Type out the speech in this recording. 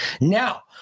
Now